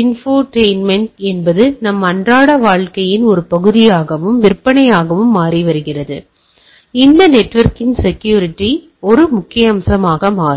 infotainment என்பது நம் அன்றாட வாழ்க்கையின் ஒரு பகுதியாகவும் விற்பனையாகவும் மாறி வருகிறது அங்கு இந்த நெட்வொர்க்கின் செக்யூரிட்டி ஒரு முக்கிய அம்சமாக மாறும்